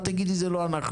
אל תגידי זה לא אנחנו.